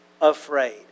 afraid